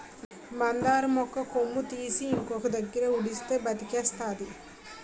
మందార మొక్క కొమ్మ తీసి ఇంకొక దగ్గర ఉడిస్తే బతికేస్తాది